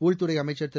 உள்துறை அமைச்சர் திரு